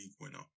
winner